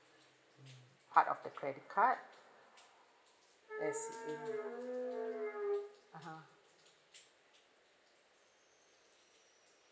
mm part of the credit card as in a'ah